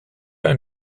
ein